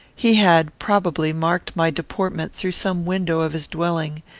he had, probably, marked my deportment through some window of his dwelling,